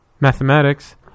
mathematics